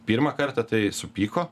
pirmą kartą tai supyko